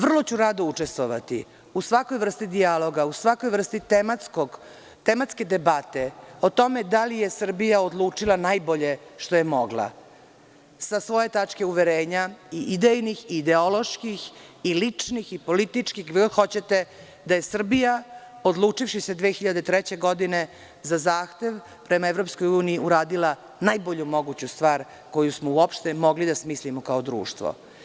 Vrlo ću rado učestvovati u svakoj vrsti dijaloga, u svakoj vrsti tematske debate o tome da li je Srbija odlučila najbolje što je mogla sa svoje tačke uverenja i idejnih i ideoloških i ličnih i političkih, kako god hoćete, da je Srbija odlučivši se 2003. godine za zahtev prema EU uradila najbolju moguću stvar koju smo uopšte mogli da smislimo kao društvo.